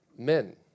Men